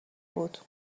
بود